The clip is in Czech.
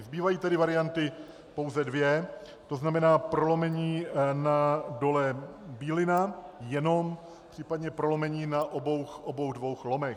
Zbývají tedy varianty pouze dvě, tzn. prolomení na Dole Bílina, jenom případně prolomení na obou dvou lomech.